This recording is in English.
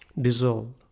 dissolve